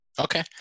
okay